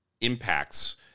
impacts